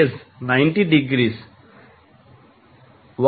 phase 90 డిగ్రీలు